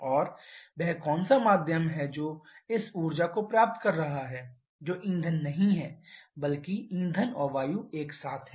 और वह कौन सा माध्यम है जो इस ऊर्जा को प्राप्त कर रहा है जो ईंधन नहीं है बल्कि ईंधन और वायु एक साथ है